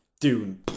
Dune